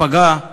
שפגעה